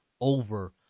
over